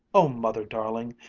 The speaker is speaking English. oh, mother darling!